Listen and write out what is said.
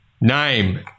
Name